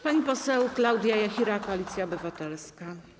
Pani poseł Klaudia Jachira, Koalicja Obywatelska.